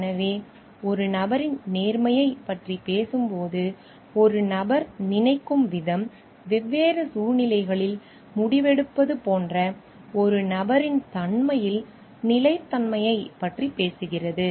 எனவே ஒரு நபரின் நேர்மையைப் பற்றி பேசும் போது ஒரு நபர் நினைக்கும் விதம் வெவ்வேறு சூழ்நிலைகளில் முடிவெடுப்பது போன்ற ஒரு நபரின் தன்மையில் நிலைத்தன்மையைப் பற்றி பேசுகிறது